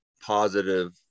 positive